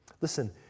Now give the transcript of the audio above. Listen